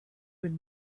would